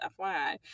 FYI